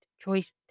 choice